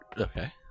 okay